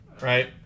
right